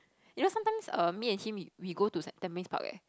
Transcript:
you know sometimes err me and him we go to tampines park leh